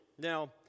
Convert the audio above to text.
Now